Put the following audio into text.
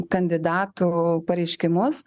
kandidatų pareiškimus